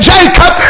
Jacob